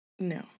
No